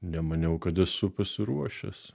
nemaniau kad esu pasiruošęs